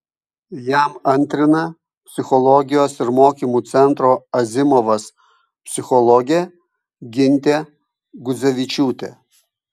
jam antrina psichologijos ir mokymų centro azimovas psichologė gintė gudzevičiūtė